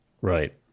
Right